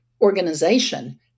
organization